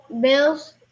Bills